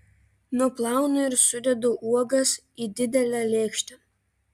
nuplaunu ir sudedu uogas į didelę lėkštę